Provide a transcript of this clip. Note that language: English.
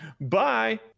bye